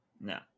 No